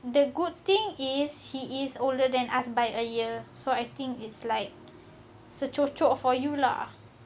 the good thing is he is older than us by a year so I think it's like secucuk for you lah